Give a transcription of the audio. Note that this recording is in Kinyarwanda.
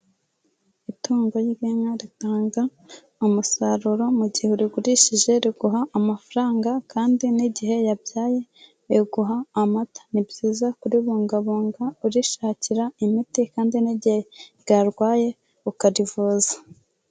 Itungo ry'inka ritanga umusaruro mu gihe urigurishije riguha amafaranga kandi n'igihe yabyaye biguha amata, ni byiza kuribungabunga urishakira imiti kandi n'igihe ryarwaye ukarivuza.